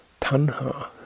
tanha